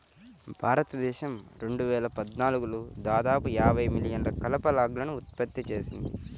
భారతదేశం రెండు వేల పద్నాలుగులో దాదాపు యాభై మిలియన్ల కలప లాగ్లను ఉత్పత్తి చేసింది